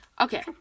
Okay